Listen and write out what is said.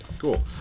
Cool